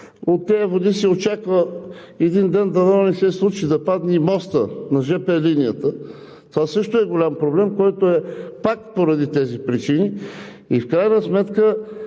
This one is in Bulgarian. от тези води се очаква един ден, дано не се случи, да падне и мостът на жп линията. Това също е голям проблем, който е пак поради тези причини. И в крайна сметка